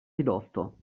ridotto